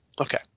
okay